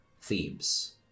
Thebes